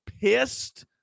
pissed